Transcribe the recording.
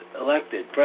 elected